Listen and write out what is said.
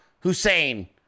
Hussein